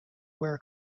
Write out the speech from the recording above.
wear